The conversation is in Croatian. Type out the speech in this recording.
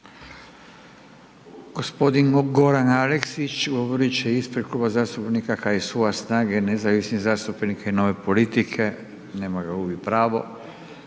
Gospodin Goran Aleksić govorit će ispred Kluba zastupnika HSU-a, SNAGE, nezavisnih zastupnika i Nove politike, nema ga, gubi pravo.